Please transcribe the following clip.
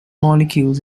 molecules